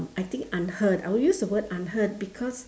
I think unheard I would use the word unheard because